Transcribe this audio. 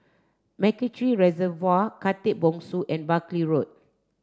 MacRitchie Reservoir Khatib Bongsu and Buckley Road